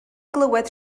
glywed